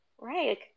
Right